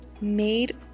made